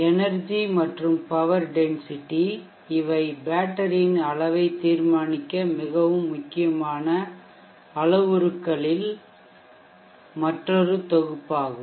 energy ஆற்றல் மற்றும் power சக்தி டென்சிட்டி அடர்த்தி இவை பேட்டரியின் அளவை தீர்மானிக்க மிகவும் முக்கியமான அளவுருக்களின் மற்றொரு தொகுப்பாகும்